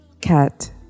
Cat